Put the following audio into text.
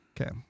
Okay